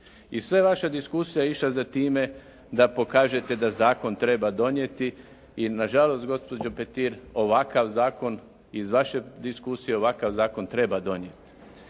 I sva je vaša diskusija išla za time da pokažete da zakon treba donijeti i nažalost gospođo Petir ovakav zakon iz vaše diskusije ovakav zakon treba donijeti.